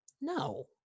No